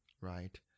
right